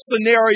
scenario